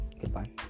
goodbye